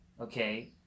okay